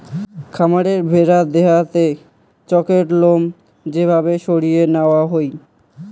খামারে ভেড়ার দেহাতে চকের লোম যে ভাবে সরিয়ে নেওয়া হই